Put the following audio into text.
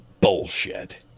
Bullshit